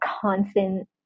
constant